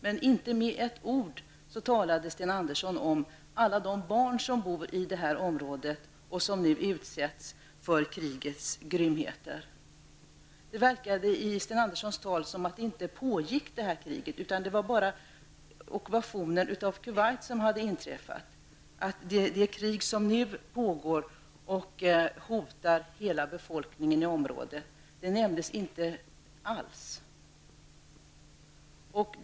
Men inte med ett ord talade Sten Andersson om alla de barn som bor i detta område och som nu utsätts för krigets grymheter. Det verkade i Sten Anderssons tal som om detta krig inte pågick utan att det bara var ockupationen av Kuwait som hade inträffat. Det krig som nu pågår och hotar hela befolkningen i området nämndes inte alls.